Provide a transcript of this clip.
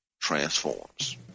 Transforms